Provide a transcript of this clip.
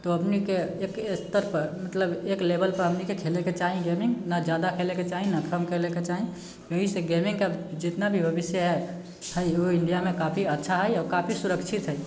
तऽ हमनीके एक स्तर पर मतलब एक लेवल पर हमनीके खेलेके चाही गेमिङ्ग नहि जादा खेलेके चाही नहि कम खेलेके चाही इएह से गेमिङ्गके जितना भी भविष्य हइ ओ इण्डियामे काफी अच्छा हइ आओर काफी सुरक्षित हइ